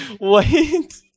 Wait